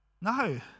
No